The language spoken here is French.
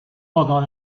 pendant